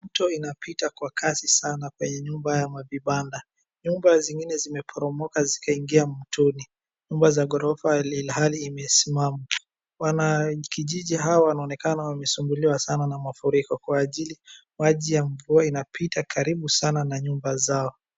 Mto inapita kwa kasi sana penye nyumba ya mavibanda. Nyumba zingine zimeporomoka zikaingia mtoni. Nyumba za ghorofa ilhali imesimama. Wanakijiji hawa wanaonekana wamesubuliwa sana na mafuriko kwa ajili maji ya mvua inapita karibu sana na nyumba zao.